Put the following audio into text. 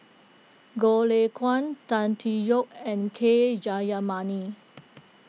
Goh Lay Kuan Tan Tee Yoke and K Jayamani